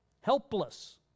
helpless